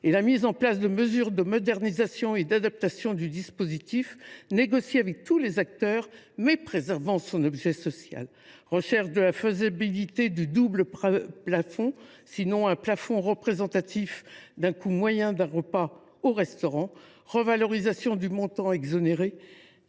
et à la mise en place de mesures de modernisation et d’adaptation du dispositif, négociées avec tous les acteurs, mais préservant son objet social : mise en place d’un double plafond ou, à défaut, d’un plafond représentatif du coût moyen d’un repas au restaurant, revalorisation du montant exonéré,